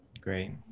Great